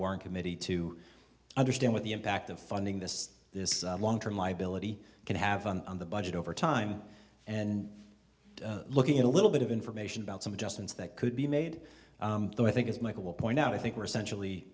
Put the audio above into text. warren committee to understand what the impact of funding this this long term liability can have on the budget over time and looking at a little bit of information about some adjustments that could be made i think as michael will point out i think we're centrally